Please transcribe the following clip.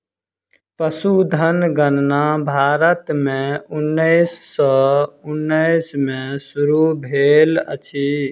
पशुधन गणना भारत में उन्नैस सौ उन्नैस में शुरू भेल अछि